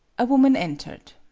a woman entered.